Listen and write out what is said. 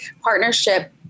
partnership